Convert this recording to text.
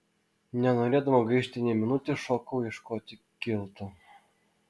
nenorėdama gaišti nė minutės šokau ieškoti kilto